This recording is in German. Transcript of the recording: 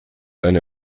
eine